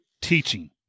teaching